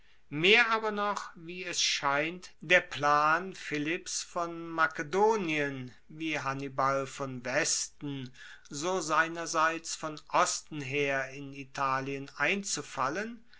mehr aber noch wie es scheint der plan philipps von makedonien wie hannibal von westen so seinerseits von osten her in italien einzufallen